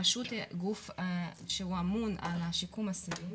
הרשות היא גוף שהוא אמון על שיקום אסירים